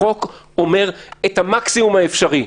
החוק אומר את המקסימום האפשרי.